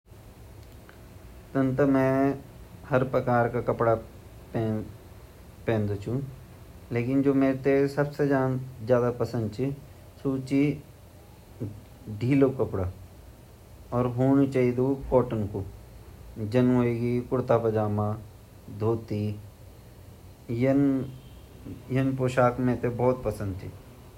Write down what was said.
आ इन ता क्वे विशेष प्रकारा कपडा पैन मते पसंद नि ची पर मेते साड़ी बहुत पसंद ची किले की मेते जान आपा भारत माता बहुत ही अछि लगन ता वेगा हिसाब से में भी साड़ी पेरी ते रखूं अर सूट, सूट भी मेते पसंद ची अर ये से ज़्यादा क्वे विशेष कपडा मेटे पसंद नी अर हाँ योक जु ची मेते बचपन माँ बे बहुत फ्रॉक पसंद छिन ता उ मेते हमेशा ही पसंद ची पर बड़ी वेते ज़्यादा पैर नी सकन क्युकी हमा देश ज़्यादा ये चीज़े दयन नई ची यगी इजाज़त ता वेगा हिसाब से मि कन क पेलू वे फ्रॉक।